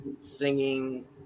singing